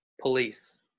police